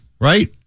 right